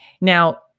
Now